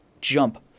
jump